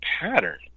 pattern